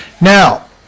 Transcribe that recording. Now